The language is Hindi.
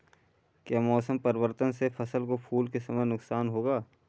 क्या मौसम परिवर्तन से फसल को फूल के समय नुकसान होगा?